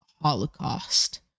Holocaust